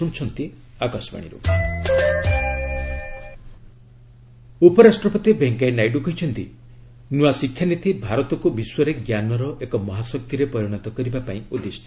VP education policy ଉପରାଷ୍ଟ୍ରପତି ଭେଙ୍କୟା ନାଇଡୁ କହିଛନ୍ତି ନୂଆ ଶିକ୍ଷାନୀତି ଭାରତକୁ ବିଶ୍ୱରେ ଜ୍ଞାନର ଏକ ମହାଶକ୍ତିରେ ପରିଣତ କରିବା ପାଇଁ ଉଦ୍ଦିଷ୍ଟ